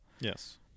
Yes